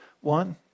One